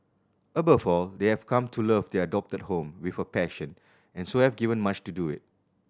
above all they have come to love their adopted home with a passion and so have given much to do it